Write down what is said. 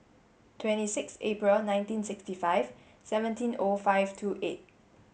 twenty six April nineteen sixty five seventeen O five two eight